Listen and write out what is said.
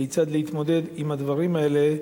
כיצד להתמודד עם הדברים האלה,